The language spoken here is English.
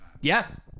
Yes